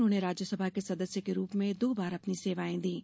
उन्होंने राज्यसभा के सदस्य के रूप में दो बार अपनी सेवाएं दीं